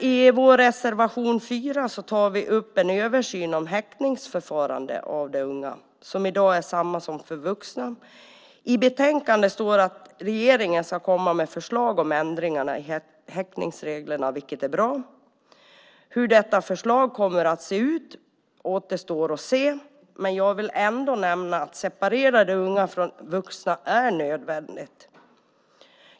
I vår reservation 4 tar vi upp frågan om en översyn om häktningsförfarande av de unga. I dag är det detsamma som för de vuxna. I betänkandet står det att regeringen ska komma med förslag om ändringar i häktningsreglerna, vilket är bra. Hur detta förslag kommer att se ut återstår att se. Men jag vill ändå nämna att det är nödvändigt att separera de unga från de vuxna är nödvändigt.